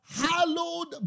Hallowed